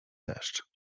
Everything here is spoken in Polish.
deszcz